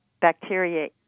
bacteria